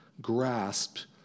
grasped